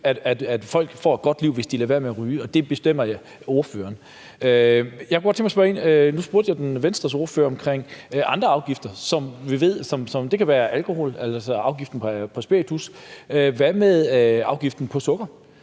at folk får et godt liv, hvis de lader være med at ryge, og at det bestemmer ordføreren. Nu spurgte jeg Venstres ordfører om andre afgifter – det kan være i forhold til alkohol, altså afgiften på spiritus. Hvad med afgiften på sukker?